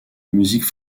musique